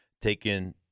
taking